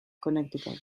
connecticut